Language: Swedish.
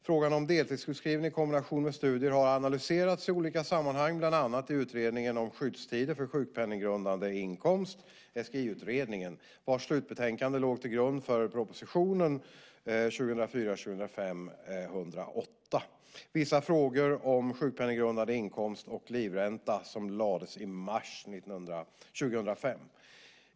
Frågan om deltidssjukskrivning i kombination med studier har analyserats i olika sammanhang, bland annat i Utredningen om skyddstider för sjukpenninggrundande inkomst, SGI-utredningen, vars slutbetänkande låg till grund för proposition 2004/05:108 Vissa frågor om sjukpenninggrundande inkomst och livränta som lades fram i mars 2005.